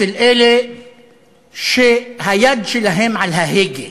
אצל אלה שהיד שלהם על ההגה,